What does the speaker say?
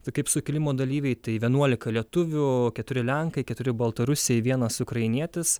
tai kaip sukilimo dalyviai tai vienuolika lietuvių keturi lenkai keturi baltarusiai vienas ukrainietis